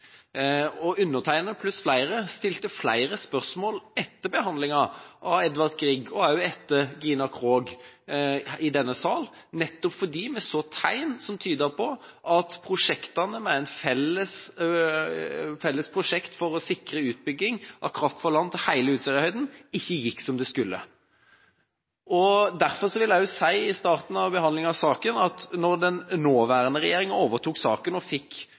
Undertegnede – pluss flere – stilte flere spørsmål etter behandlinga av Edvard Grieg, og også etter Gina Krog, i denne salen, nettopp fordi vi så tegn som tydet på at prosjektene, med et felles prosjekt for å sikre utbygging av kraft fra land til hele Utsirahøyden, ikke gikk som det skulle. Derfor vil jeg også si, i starten av behandlinga av saken, at når den nåværende regjeringa overtok saken og fikk